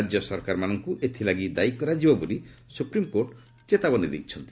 ରାଜ୍ୟ ସରକାରମାନଙ୍କୁ ଏଥିଲାଗି ଦାୟି କରାଯିବ ବୋଲି ସୁପ୍ରିମ୍କୋର୍ଟ କହିଚ୍ଛନ୍ତି